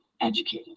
educated